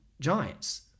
giants